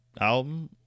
album